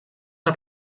una